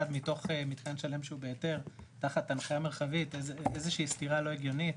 מתוך מתקן שלם שהוא בהיתר תחת הנחיה מרחבית איזה שהיא סתירה לא הגיונית.